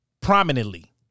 prominently